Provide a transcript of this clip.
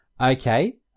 Okay